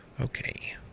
Okay